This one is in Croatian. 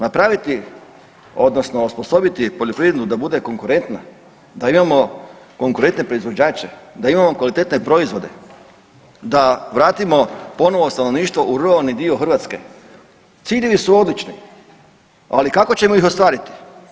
Napraviti odnosno osposobiti poljoprivredu da bude konkurentna, da imamo konkurentne proizvođače, da imamo kvalitetne proizvode, da vratimo ponovo stanovništvo u ruralni dio Hrvatske, ciljevi su odlični, ali kako ćemo ih ostvariti?